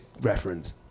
reference